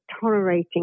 tolerating